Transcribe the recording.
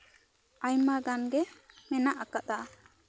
ᱟᱭᱢᱟ ᱜᱟᱱᱜᱮ ᱢᱮᱱᱟᱜ ᱟᱠᱟᱫᱟ